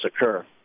occur